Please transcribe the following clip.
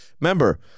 Remember